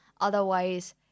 Otherwise